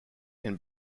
can